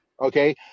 Okay